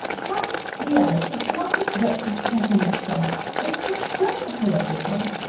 can't you see, alex? it's not this wretched cheque in itself it's the principle of the thing.